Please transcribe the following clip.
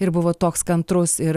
ir buvo toks kantrus ir